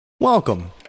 Welcome